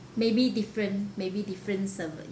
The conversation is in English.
maybe different maybe different service